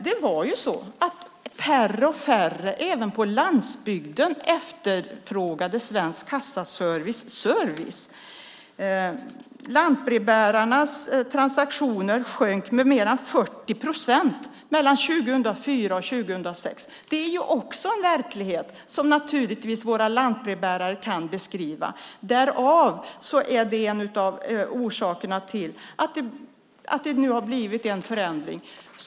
Det var så att färre och färre även på landsbygden efterfrågade Svensk Kassaservices tjänster. Lantbrevbärarnas transaktioner minskade med mer än 40 procent mellan 2004 och 2006. Det är en verklighet som våra lantbrevbärare kan beskriva. Det är en av orsakerna till att det nu har blivit en förändring.